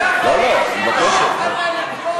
ואתה לא יכול --- נאזם,